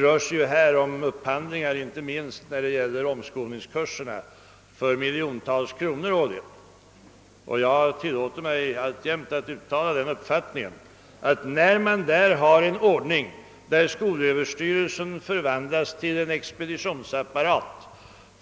Debatten gäller ju upphandlingar, inte minst när det gäller omskolningskurserna, på miljontals kronor, och jag tillåter mig alltjämt att uttala den uppfattningen, att det är något fel på en sådan ordning som förvandlar skolöverstyrelsen till en expeditionsapparat